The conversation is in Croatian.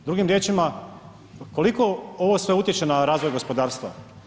Drugim riječima, koliko ovo sve utječe na razvoj gospodarstva?